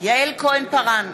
יעל כהן-פארן,